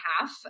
half